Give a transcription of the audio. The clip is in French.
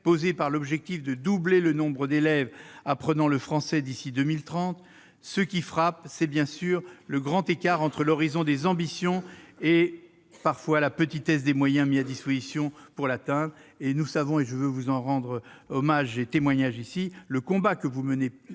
-posé par l'objectif de doubler le nombre d'élèves apprenant le français d'ici à 2030, ce qui frappe c'est, bien sûr, le grand écart entre l'horizon des ambitions et, parfois, la petitesse des moyens mis à disposition pour l'atteindre. Nous savons- et je veux, ici, vous en rendre hommage et en porter témoignage -le combat que vous menez